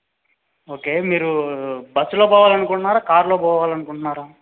okay మీరు బస్సులో పోవాలి అనుకుంటున్నారా కార్లో పోవాలి అనుకుంటున్నారా